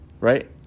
Right